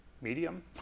medium